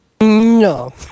No